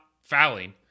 Fouling